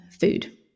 food